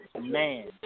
man